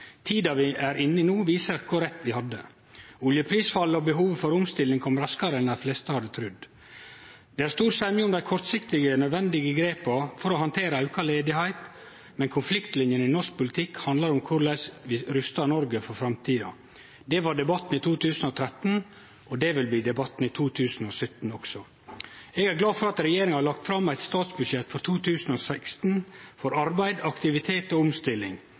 Tida vi er inne i no, viser kor rett vi hadde. Oljeprisfallet og behovet for omstilling kom raskare enn dei fleste hadde trudd. Det er stor semje om dei kortsiktige og nødvendige grepa for å handtere auka arbeidsløyse, men konfliktlinjene i norsk politikk handlar om korleis vi rustar Noreg for framtida. Det var debatten i 2013, og det vil bli debatten også i 2017. Eg er glad for at regjeringa har lagt fram eit statsbudsjett for 2016 for arbeid, aktivitet og omstilling.